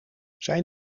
zijn